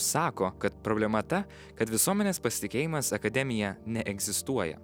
sako kad problema ta kad visuomenės pasitikėjimas akademija neegzistuoja